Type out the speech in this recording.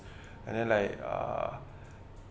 and then like uh